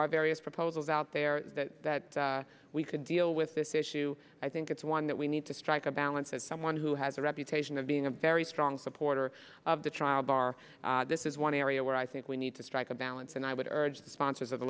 are various proposals out there that we can deal with this issue i think it's one that we need to strike a balance as someone who has a reputation of being a very strong supporter of the trial bar this is one area where i think we need to strike a balance and i would urge the sponsors of the